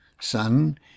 Son